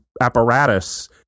apparatus